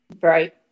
Right